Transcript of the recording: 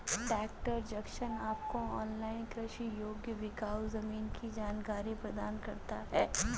tractor junction आपको online कृषि योग्य बिकाऊ जमीन की जानकारी प्रदान करता है